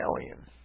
alien